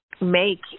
make